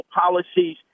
policies